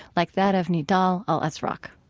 like that of nidal al-azraq